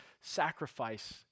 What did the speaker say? sacrifice